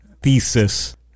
thesis